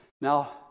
Now